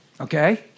Okay